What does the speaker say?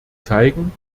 zeigen